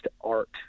art